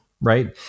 Right